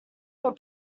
your